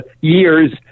years